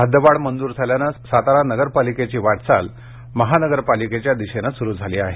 हद्दवाढ मंजूर झाल्याने सातारा नगरपालिकेची वाटचाल महानगरपालिकेच्या दिशेने सुरु झाली आहे